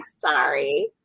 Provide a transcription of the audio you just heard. sorry